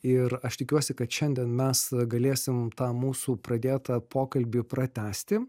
ir aš tikiuosi kad šiandien mes galėsim tą mūsų pradėtą pokalbį pratęsti